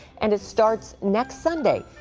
and it starts next sunday.